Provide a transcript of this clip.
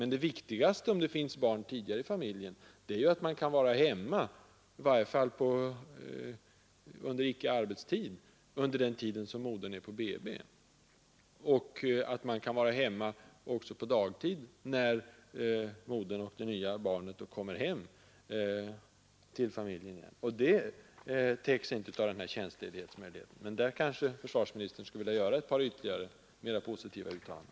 Men det viktigaste, om det finns barn tidigare i familjen, är att den värnpliktige kan vara hemma, i varje fall under icke-arbetstid den tid barnets moder är på BB. Och att han kan vara hemma på dagtid när modern och det nya barnet kommer hem till familjen. Det behovet täcks inte av tjänstledighetsmöjligheten. Men på den punkten kanske försvarsministern skulle vilja göra ytterligare några, mera positiva uttalanden.